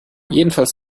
jedenfalls